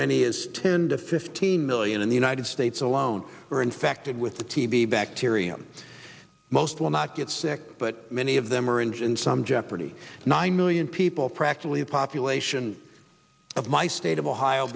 many as ten to fifteen million in the united states alone are infected with tb bacterium most will not get sick but many of them are and in some jeopardy nine million people practically a population of my state of ohio